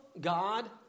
God